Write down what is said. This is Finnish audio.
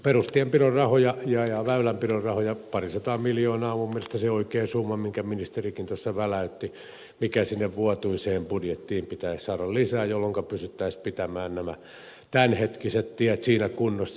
perustienpidon rahoissa ja väylänpidon rahoissa parisataa miljoonaa on minun mielestäni se oikea summa minkä ministerikin tuossa väläytti mikä sinne vuotuiseen budjettiin pitäisi saada lisää jolloinka pystyttäisiin pitämään nämä tämänhetkiset tiet siinä kunnossa